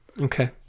Okay